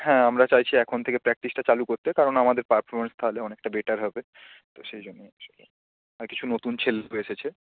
হ্যাঁ আমরা চাইছি এখন থেকে প্র্যাকটিসটা চালু করতে কারণ আমাদের পারফরমেন্স তাহলে অনেকটা বেটার হবে তো সেই জন্যই অ্যাকচুয়েলি আর কিছু নতুন ছেলেও এসেছে